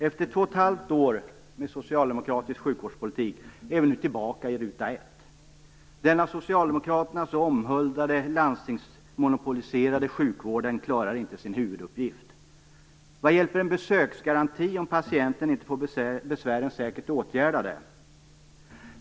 Efter två och ett halvt år med socialdemokratisk sjukvårdspolitik är vi nu tillbaka på ruta ett. Den av socialdemokraterna så omhuldade landstingsmonopoliserade sjukvården klarar inte sin huvuduppgift. Vad hjälper en besöksgaranti om patienten inte får besvären säkert åtgärdade?